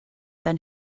then